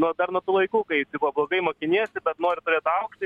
nuo dar nuo tų laikų kai tipo blogai mokiniesi bet nori turėt aukštąjį